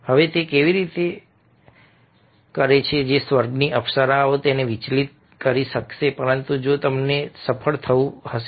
હવે તે કેવી રીતે છે કે સ્વર્ગની અપ્સરાઓ તેને વિચલિત કરી શકશે જો તેમને સફળ થવું હશે